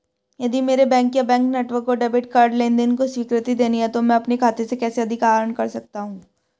यदि मेरे बैंक या बैंक नेटवर्क को डेबिट कार्ड लेनदेन को स्वीकृति देनी है तो मैं अपने खाते से कैसे अधिक आहरण कर सकता हूँ?